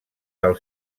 del